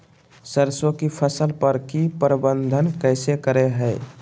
सरसों की फसल पर की प्रबंधन कैसे करें हैय?